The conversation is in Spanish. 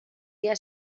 día